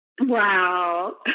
Wow